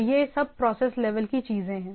तो यह सब प्रोसेस लेवल की चीजें हैं